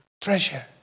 treasure